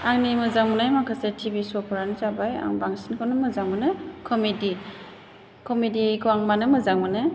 आंनि मोजां मोननाय माखासे टि भि श'फोरानो जाबाय आं बांसिनखौनो मोजां मोनो कमेडि कमेडिखौ आं मानो मोजां मोनो